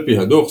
על פי הדו"ח,